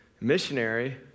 missionary